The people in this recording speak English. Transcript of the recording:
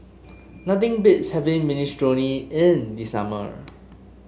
nothing beats having Minestrone in the summer